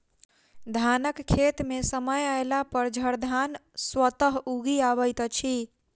धानक खेत मे समय अयलापर झड़धान स्वतः उगि अबैत अछि